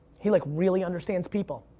he like really understands people.